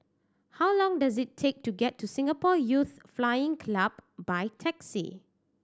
how long does it take to get to Singapore Youth Flying Club by taxi